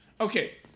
okay